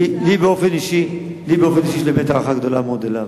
לי באופן אישי יש באמת הערכה גדולה מאוד אליו,